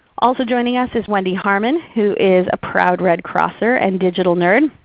also joining us is wendy harman who is a proud red crosser and digital nerd.